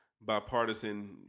bipartisan